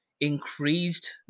increased